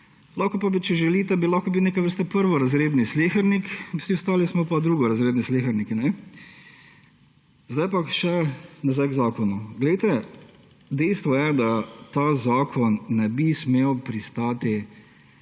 Če želite, pa bi lahko bil neke vrste prvorazredni slehernik, vsi ostali smo pa drugorazredni sleherniki – ne? Zdaj pa še nazaj k zakonu. Dejstvo je, da ta zakon ne bi smel pristati